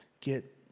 get